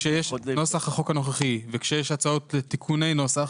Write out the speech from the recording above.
כשיש נוסח החוק הנוכחי וכשיש הצעות תיקוני נוסח